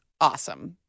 awesome